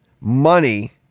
money